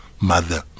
mother